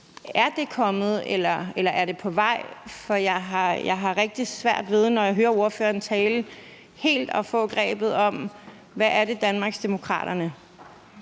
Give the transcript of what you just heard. om det er kommet, eller om det er på vej. For jeg har rigtig svært ved, når jeg hører ordføreren tale, helt at få greb om, hvad det er, Danmarksdemokraterne